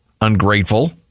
Ungrateful